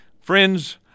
Friends